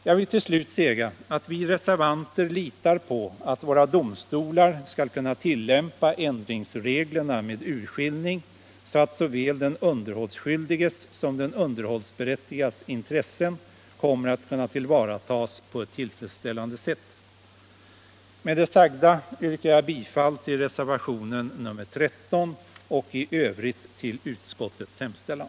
Jag vill till slut säga att vi reservanter litar på att våra domstolar skall kunna tillämpa ändringsreglerna med urskillning, så att såväl den underhållsskyldiges som den underhållsberättigades intressen kommer att kunna tillvaratas på ett tillfredsställande sätt. Med det sagda yrkar jag bifall till reservationen 13. I övrigt yrkar jag bifall till utskottets hemställan.